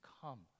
come